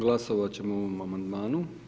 Glasovat ćemo o ovom amandmanu.